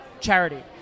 charity